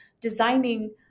designing